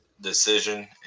decision